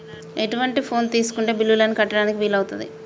ఎటువంటి ఫోన్ తీసుకుంటే బిల్లులను కట్టడానికి వీలవుతది?